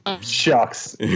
shucks